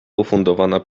ufundowana